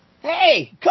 Hey